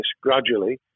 gradually